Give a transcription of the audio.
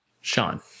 Sean